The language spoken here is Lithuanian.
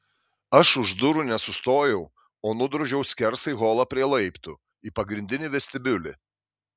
aš už durų nesustojau o nudrožiau skersai holą prie laiptų į pagrindinį vestibiulį